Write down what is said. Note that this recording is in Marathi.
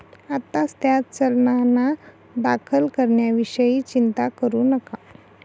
आत्ताच त्या चलनांना दाखल करण्याविषयी चिंता करू नका